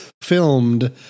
filmed